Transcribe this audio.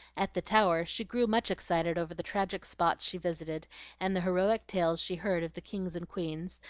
at the tower she grew much excited over the tragic spots she visited and the heroic tales she heard of the kings and queens,